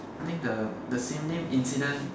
I think the the sim-lim incident